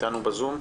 איתנו בזום.